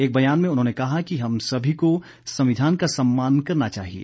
एक बयान में उन्होंने कहा कि हम सभी को संविधान का सम्मान करना चाहिए